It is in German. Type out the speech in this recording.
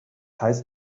heißt